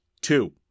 Two